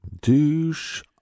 Douche